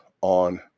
on